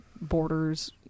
borders